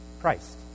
Christ